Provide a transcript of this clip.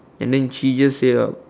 and than she just say out